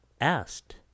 asked